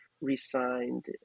re-signed